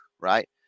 right